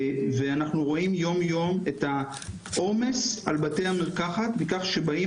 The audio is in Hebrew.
ואנחנו רואים יום יום את העומס על בתי המרקחת מכך שבאים